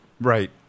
Right